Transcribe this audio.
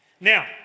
Now